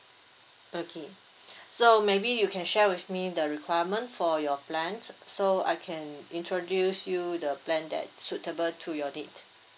okay so maybe you can share with me the requirement for your plan so I can introduce you the plan that suitable to your need